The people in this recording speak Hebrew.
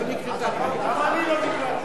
למה אני לא נקלטתי?